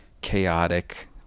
chaotic